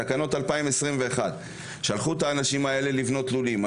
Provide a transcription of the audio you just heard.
תקנות 2021. שלחו את האנשים האלה לבנות לולים.